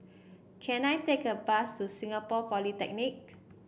can I take a bus to Singapore Polytechnic